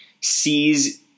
sees